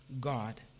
God